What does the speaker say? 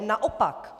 Naopak.